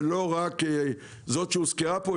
ולא רק זו שהוזכרה פה,